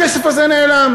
הכסף הזה נעלם.